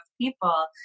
people